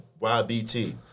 YBT